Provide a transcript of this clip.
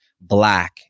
Black